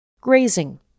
grazing